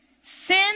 Sin